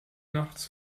nachts